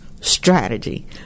strategy